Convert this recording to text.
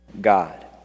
God